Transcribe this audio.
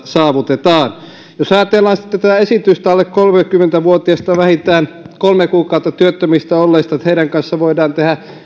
saavutetaan jos ajatellaan sitten tätä esitystä alle kolmekymmentä vuotiaista vähintään kolme kuukautta työttömänä olleista että heidän kanssaan voidaan tehdä